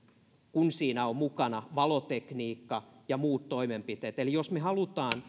kun siinä ovat mukana valotekniikka ja muut toimenpiteet jos me haluamme